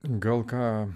gal ką